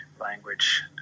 language